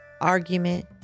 argument